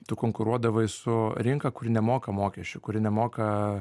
tu konkuruodavai su rinka kuri nemoka mokesčių kuri nemoka